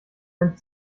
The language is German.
ein